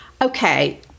Okay